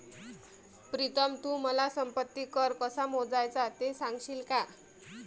प्रीतम तू मला संपत्ती कर कसा मोजायचा ते सांगशील का?